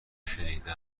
شنیده